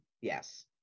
yes